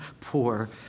poor